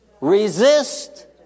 resist